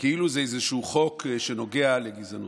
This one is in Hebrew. כאילו זה איזשהו חוק שנוגע לגזענות.